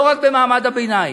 לא רק במעמד הביניים.